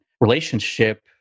relationship